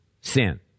sin